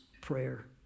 prayer